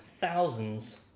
thousands